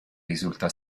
risulta